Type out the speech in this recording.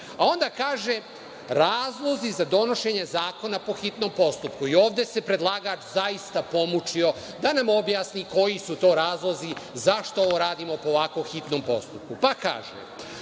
kaže razlozi za donošenje zakona po hitnom postupku, i ovde se predlagač zaista pomučio da nam objasni koji su to razlozi, zašto ovo radimo po ovako hitnom postupku. Kaže